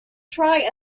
try